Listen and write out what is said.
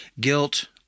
guilt